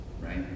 Right